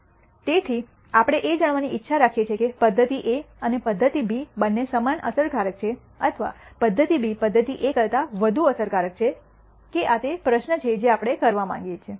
તેથી આપણે એ જાણવાની ઇચ્છા રાખીએ છીએ કે પદ્ધતિ એ અને પદ્ધતિ બી બંને સમાન અસરકારક છે અથવા પદ્ધતિ બી પદ્ધતિ એ કરતાં વધુ અસરકારક છે કે આ તે પ્રશ્ન છે જે આપણે કરવા માંગીએ છીએ